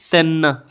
ਤਿੰਨ